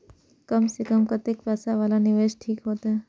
कम से कम कतेक पैसा वाला निवेश ठीक होते?